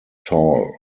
tall